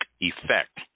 effect